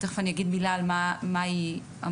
תיכף אני אגיד מילה על מה היא אמרה,